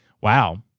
Wow